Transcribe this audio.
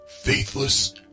Faithless